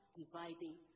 dividing